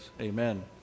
Amen